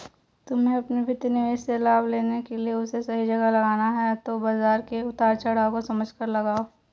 तुम्हे अपने वित्तीय निवेश से लाभ लेने के लिए उसे सही जगह लगाना है तो बाज़ार के उतार चड़ाव को समझकर लगाओ